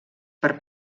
per